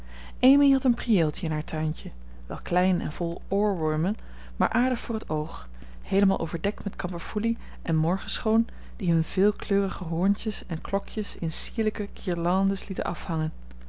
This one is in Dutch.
amy had een prieeltje in haar tuintje wel klein en vol oorwurmen maar aardig voor het oog heelemaal overdekt met kamperfoelie en morgenschoon die hun veelkleurige hoorntjes en klokjes in sierlijke guirlandes lieten afhangen